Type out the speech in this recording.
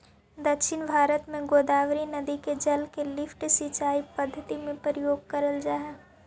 दक्षिण भारत में गोदावरी नदी के जल के लिफ्ट सिंचाई पद्धति में प्रयोग करल जाऽ हई